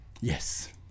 Yes